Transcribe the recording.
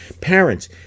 Parents